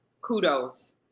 kudos